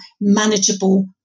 manageable